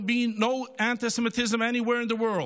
be no anti-Semitism anywhere in the world.